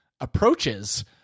approaches